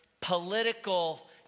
political